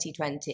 2020